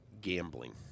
gambling